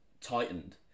tightened